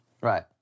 Right